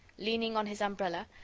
leaning on his umbrella,